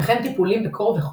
וכן טיפולים בקור וחום.